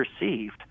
received